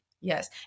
Yes